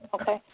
Okay